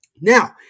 Now